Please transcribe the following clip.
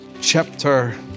chapter